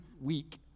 week